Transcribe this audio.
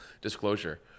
disclosure